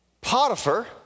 Potiphar